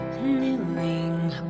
Kneeling